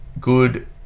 good